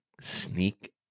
sneak